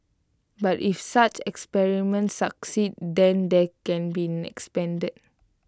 but if such experiments succeed then they can be expanded